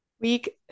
Week